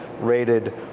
rated